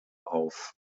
auf